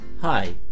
Hi